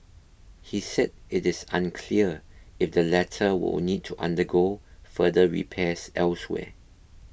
he said it is unclear if the latter we will need to undergo further repairs elsewhere